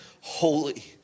holy